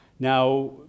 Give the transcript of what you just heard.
Now